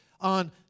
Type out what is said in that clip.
on